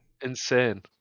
insane